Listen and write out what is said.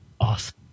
awesome